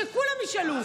שכולם ישאלו.